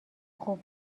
خوب